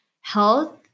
health